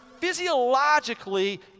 physiologically